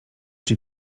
czy